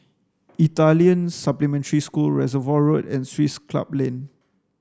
Italian Supplementary School Reservoir Road and Swiss Club Lane